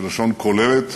בלשון כוללת,